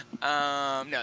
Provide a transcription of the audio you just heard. No